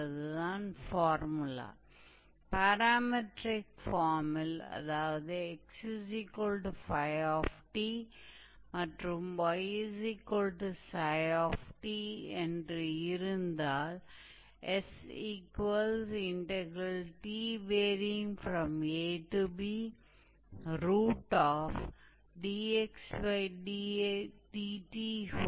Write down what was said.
तो यह हमारा x अक्ष है यह हमारी y अक्ष है यह ऑरिजिन है और यह हमारा परवल है जो ऑरिजिन से होकर गुजरता है और यह हमारी लेटस रेक्टम है